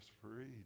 free